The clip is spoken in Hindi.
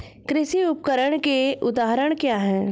कृषि उपकरण के उदाहरण क्या हैं?